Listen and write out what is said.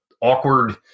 awkward